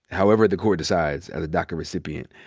however the court decides, as a daca recipient.